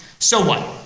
so what!